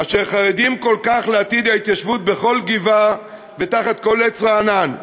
אשר חרדים כל כך לעתיד ההתיישבות בכל גבעה ותחת כל עץ רענן,